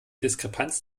diskrepanz